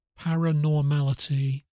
Paranormality